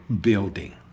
building